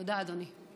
תודה, אדוני.